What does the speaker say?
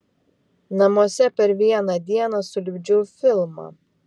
namuose per vieną dieną sulipdžiau filmą